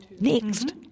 Next